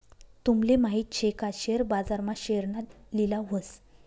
तूमले माहित शे का शेअर बाजार मा शेअरना लिलाव व्हस